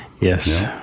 Yes